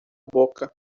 boca